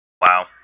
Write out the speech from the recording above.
Wow